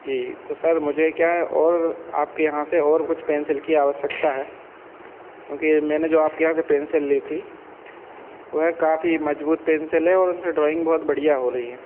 जी तो सर मुझे क्या है और आपके यहाँ से और कुछ पेंसिल की आवश्यकता है क्योंकि मैंने जो आपके यहाँ से पेंसिल ली थी वह काफ़ी मजबूत पेंसिल है और उनसे ड्रॉइंग बहुत बढ़िया हो रही है